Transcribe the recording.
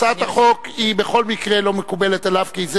הצעת החוק היא בכל מקרה לא מקובלת עליו כי זה